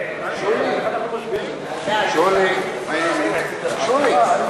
ההצעה בדבר הסמכת